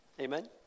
Amen